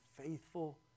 faithful